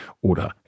oder